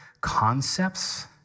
concepts